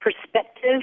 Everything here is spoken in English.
perspective